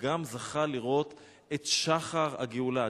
וגם זכה לראות את שחר הגאולה,